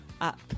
up